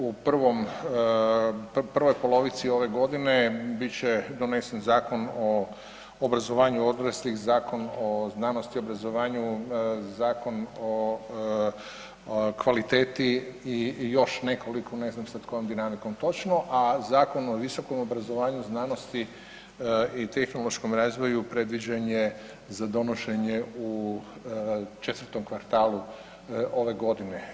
U prvoj polovici ove godine bit će donesen Zakon o obrazovanju odraslih, Zakon o znanosti i obrazovanju, Zakon o kvaliteti i još nekoliko ne znam sad kojom dinamikom točno, a Zakon o visokom obrazovanju, znanosti i tehnološkom razvoju predviđen je za donošenje u četvrtom kvartalu ove godine.